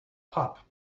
pop